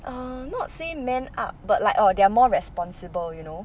err not say man up but like orh they are more responsible you know